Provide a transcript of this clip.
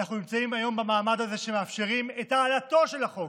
אנחנו נמצאים היום במעמד הזה שמאפשרים את העלאתו של החוק,